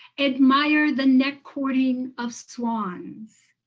admire the neck-courting of swans.